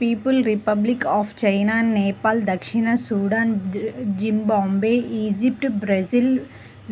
peoples Republic of China, Nepal దక్షిణ Sudan, Zimbabwe, Egypt, Brazil,